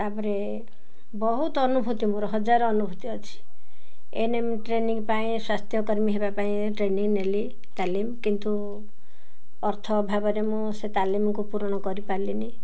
ତା'ପରେ ବହୁତ ଅନୁଭୂତି ମୋର ହଜାର ଅନୁଭୂତି ଅଛି ଏନ ଏମ୍ ଟ୍ରେନିଂ ପାଇଁ ସ୍ୱାସ୍ଥ୍ୟକର୍ମୀ ହେବା ପାଇଁ ଟ୍ରେନିଂ ନେଲି ତାଲିମ କିନ୍ତୁ ଅର୍ଥ ଅଭାବରେ ମୁଁ ସେ ତାଲିମକୁ ପୂରଣ କରିପାରିଲିନି